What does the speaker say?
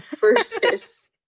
versus